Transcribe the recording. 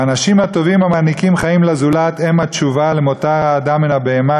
האנשים הטובים המעניקים חיים לזולת הם התשובה למותר האדם מן הבהמה,